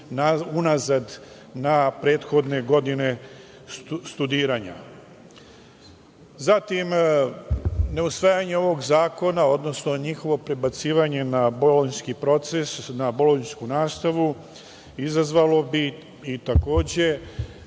unazad na prethodne godine studiranja. Zatim, ne usvajanje ovog zakona, odnosno njihovo prebacivanje na bolonjski proces, na bolonjsku nastavu izazvalo bi problem